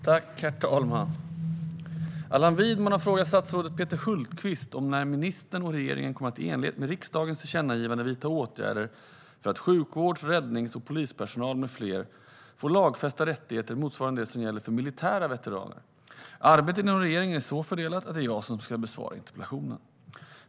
Svar på interpellationer Herr talman! Allan Widman har frågat försvarsminister Peter Hultqvist när ministern och regeringen kommer att, i enlighet med riksdagens tillkännagivande, vidta åtgärder för att sjukvårds, räddnings och polispersonal med flera får lagfästa rättigheter motsvarande det som gäller för militära veteraner. Arbetet inom regeringen är så fördelat att det är jag som ska svara på interpellationen.